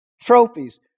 Trophies